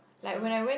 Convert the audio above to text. har